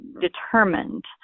determined